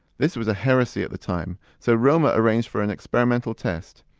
this was a heresy at the time, so romer arranged for an experimental test.